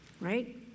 right